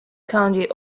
county